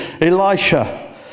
Elisha